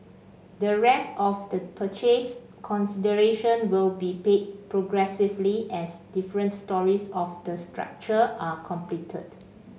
the rest of the purchase consideration will be paid progressively as different storeys of the structure are completed